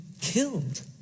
killed